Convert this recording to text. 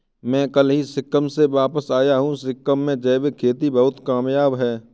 मैं कल ही सिक्किम से वापस आया हूं सिक्किम में जैविक खेती बहुत कामयाब है